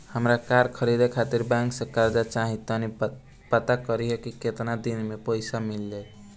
हामरा कार खरीदे खातिर बैंक से कर्जा चाही तनी पाता करिहे की केतना दिन में पईसा मिल जाइ